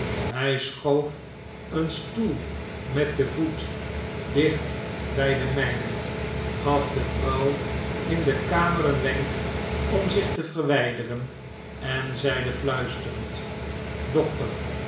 hij schoof een stoel met den voet dicht bij den mpen gaf de vrouw in de kamer een wenk om zich te verwjjderen en zeide fluisterend dokter